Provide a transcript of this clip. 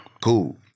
Cool